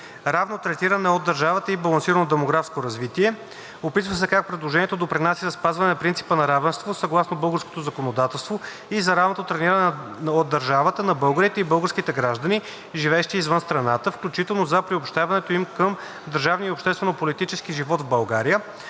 Равно третиране от държавата и балансирано демографско развитие. Описва се как предложението допринася за спазване на принципа на равенство съгласно българското законодателство и за равното третиране от държавата на българите и българските граждани, живеещи извън страната, включително за приобщаването им към държавния и обществено-политически живот в България.